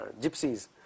gypsies